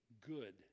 good